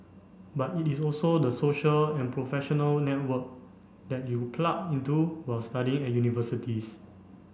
but it is also the social and professional network that you plug into while studying at universities